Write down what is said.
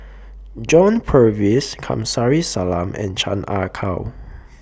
John Purvis Kamsari Salam and Chan Ah Kow